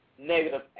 Negative